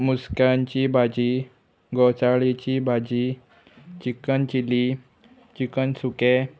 मुस्गांची भाजी घोंसाळीची भाजी चिकन चिली चिकन सुकें